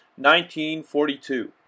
1942